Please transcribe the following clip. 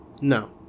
No